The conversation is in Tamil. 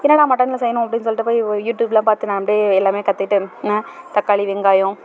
என்னடா நான் மட்டனில் செய்யணும் அப்படினு சொல்லிட்டு போய் யூடியூபில் பார்த்து நான் அப்படியே எல்லாமே கற்றுகிட்டு நான் தக்காளி வெங்காயம்